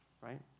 right